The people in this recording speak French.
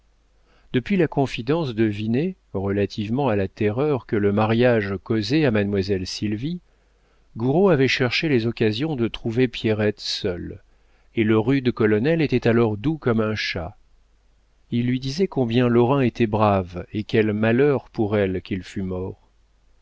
depuis la confidence de vinet relativement à la terreur que le mariage causait à mademoiselle sylvie gouraud avait cherché les occasions de trouver pierrette seule et le rude colonel était alors doux comme un chat il lui disait combien lorrain était brave et quel malheur pour elle qu'il fût mort